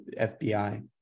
FBI